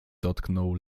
dotknął